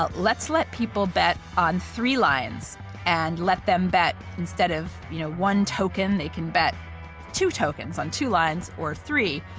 but let's let people bet on three lines and let them bet instead of you know one token, they can bet two tokens on two lines or three.